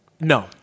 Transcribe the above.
no